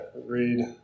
read